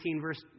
verse